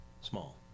small